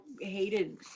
hated